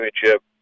championship